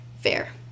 Fair